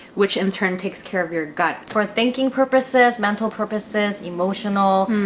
which in turn takes care of your gut. for thinking purposes, mental purposes, emotional,